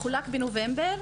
יחולק בנובמבר.